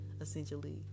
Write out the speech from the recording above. essentially